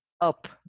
up